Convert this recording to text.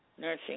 nursing